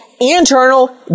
internal